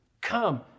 come